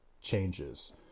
changes